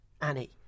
Annie